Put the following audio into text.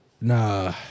Nah